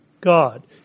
God